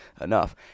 enough